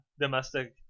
domestic